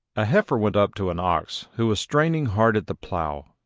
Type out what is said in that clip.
a heifer went up to an ox, who was straining hard at the plough,